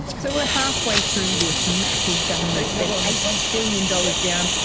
so we're halfway through this massive government spend, eight billion dollars down,